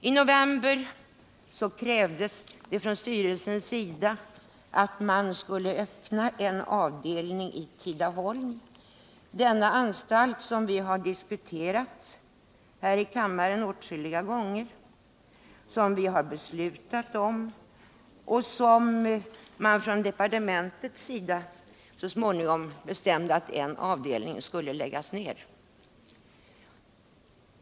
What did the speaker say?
I november krävdes från styrelsens sida att man skulle öppna en avdelning i Tidaholm. Den anstalt det här är fråga om har vi diskuterat i kammaren åtskilliga gånger, och vi har beslutat om den. Från departementets sida bestämde man så småningom att en avdelning skulle läggas ned.